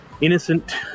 innocent